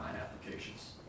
applications